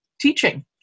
teaching